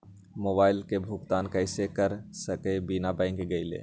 Mobile के भुगतान कईसे कर सकब बिना बैंक गईले?